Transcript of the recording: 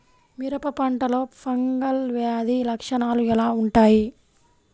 మిరప పంటలో ఫంగల్ వ్యాధి లక్షణాలు ఎలా వుంటాయి?